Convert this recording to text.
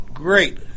Great